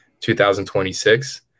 2026